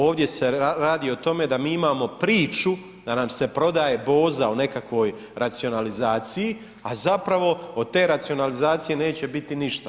Ovdje se radi o tome da mi imamo priču, da nam se prodaje boza o nekakvoj racionalizaciji, a zapravo od te racionalizacije neće biti ništa.